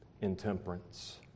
intemperance